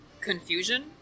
Confusion